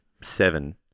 seven